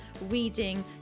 reading